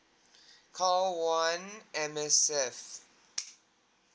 call one M_S_F